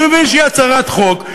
אני מבין שהיא הצהרת חוק,